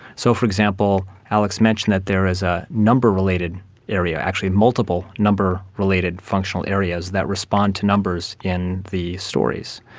so, for example, alex mentioned that there is a number related area, actually multiple number related functional areas that respond to numbers in the stories.